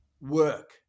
work